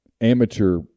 amateur